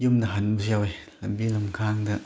ꯌꯨꯝꯗ ꯍꯟꯕꯁꯨ ꯌꯥꯎꯏ ꯂꯝꯕꯤ ꯂꯝꯈꯥꯡꯗ